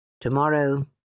Tomorrow